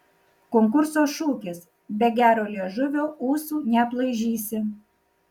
konkurso šūkis be gero liežuvio ūsų neaplaižysi